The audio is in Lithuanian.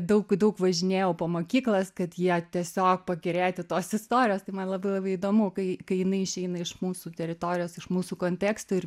daug daug važinėjau po mokyklas kad jie tiesiog pakerėti tos istorijos tai man labai labai įdomu kai kai jinai išeina iš mūsų teritorijos iš mūsų konteksto ir